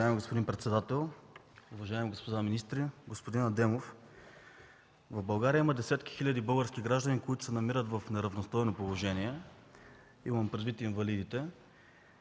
Уважаеми господин председател, уважаеми господа министри! Господин Адемов, в България има десетки хиляди български граждани, които се намират в неравностойно положение, имам предвид инвалидите.